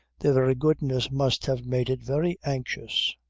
their very goodness must have made it very anxious.